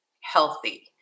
healthy